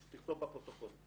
תכתוב בפרוטוקול.